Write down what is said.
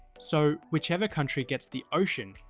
so whichever country gets the ocean,